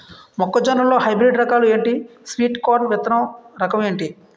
మొక్క జొన్న లో హైబ్రిడ్ రకాలు ఎంటి? స్వీట్ కార్న్ విత్తన రకం ఏంటి?